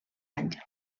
àngel